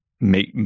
make